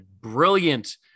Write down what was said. brilliant